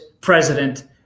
President